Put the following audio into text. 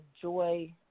Joy